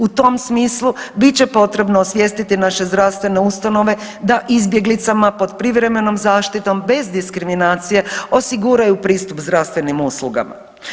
U tom smislu biti će potrebno osvijestiti naše zdravstvene ustanove da izbjeglicama pod privremenom zaštitom bez diskriminacije osiguraju pristup zdravstvenim uslugama.